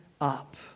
up